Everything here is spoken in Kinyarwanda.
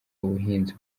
ubuhinzi